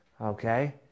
Okay